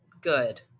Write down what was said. Good